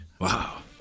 Wow